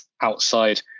outside